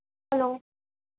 hello